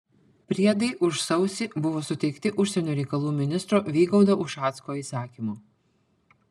priedai už sausį buvo suteikti užsienio reikalų ministro vygaudo ušacko įsakymu